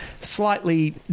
slightly